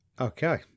Okay